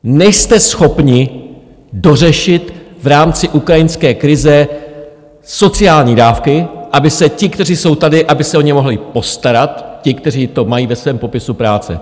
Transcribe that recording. Nejste schopni dořešit v rámci ukrajinské krize sociální dávky, aby o ty, kteří jsou tady, se mohli postarat ti, kteří to mají ve svém popisu práce.